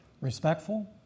Respectful